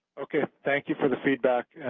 ok. thank you for the feedback.